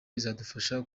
izadufasha